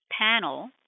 panel